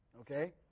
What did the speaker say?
okay